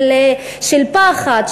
של פחד,